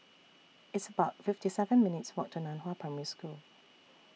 It's about fifty seven minutes' Walk to NAN Hua Primary School